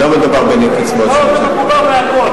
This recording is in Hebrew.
לא מדובר בקצבאות, מדובר בכול.